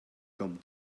come